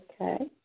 Okay